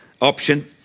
option